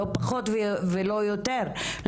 לא פחות ולא יותר,